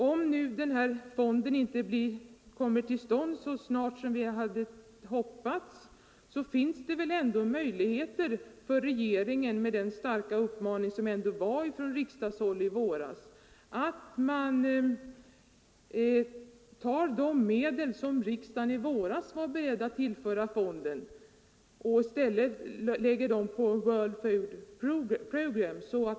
Om nu den nämnda fonden inte kommer till stånd så snart som vi hoppas har väl regeringen ändå, med den starka uppmaningen från riksdagen i våras, möjligheter att ta i anspråk de medel som riksdagen då var beredd att tillföra fonden och lägga dem på World Food Program.